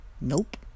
Nope